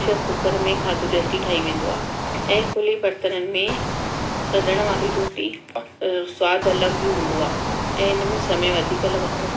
pressure cooker में खाधो जल्दी ठही वेंदो आहे ऐं खुले बर्तननि में रधण वारी रोटी सवादु अलॻि ई हूंदो आहे ऐं इन में समय वधीक लॻंदो आहे